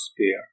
sphere